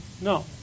No